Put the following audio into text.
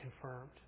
confirmed